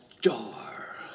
jar